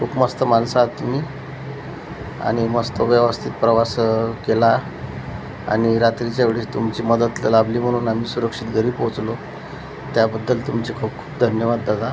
खूप मस्त मानसं आत तुमी आनि मस्त व्यवस्थित प्रवासं केला आनि रात्रीच्या वेडेस तुमची मदत लाभली म्हणून आम्मी सुरक्षित घरी पोचलो त्याबद्दल तुमचे खूप खूप धन्यवाद दादा